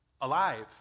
alive